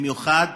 במיוחד